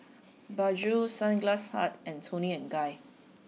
Bajaj Sunglass Hut and Toni and Guy